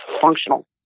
functional